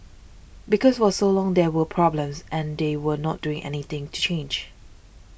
because for so long there were problems and they were not doing anything to change